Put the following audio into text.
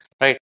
right